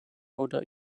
oder